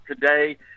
today